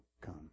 come